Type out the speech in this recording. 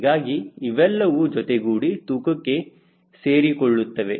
ಹೀಗಾಗಿ ಇವೆಲ್ಲವೂ ಜೊತೆಗೂಡಿ ತೂಕಕ್ಕೆ ಸೇರಿಕೊಳ್ಳುತ್ತವೆ